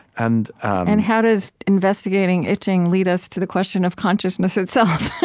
and and how does investigating itching lead us to the question of consciousness itself?